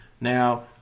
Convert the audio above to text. Now